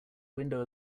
window